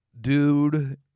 dude